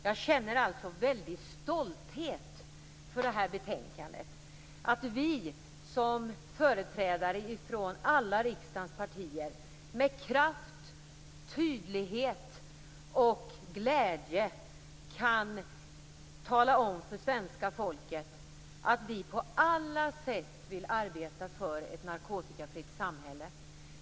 Jag känner en stor stolthet över detta betänkande, över att vi som företrädare från alla riksdagens partier med kraft, tydlighet och glädje kan tala om för svenska folket att vi på alla sätt vill arbeta för ett narkotikafritt samhälle.